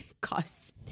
cause